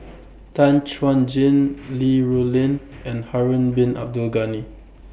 Tan Chuan Jin Li Rulin and Harun Bin Abdul Ghani